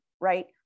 right